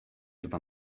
dwa